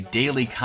daily